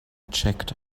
checked